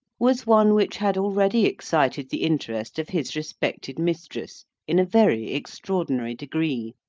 was one which had already excited the interest of his respected mistress in a very extraordinary degree.